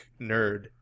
nerd